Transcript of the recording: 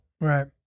Right